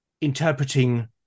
interpreting